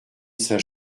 saint